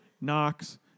Knox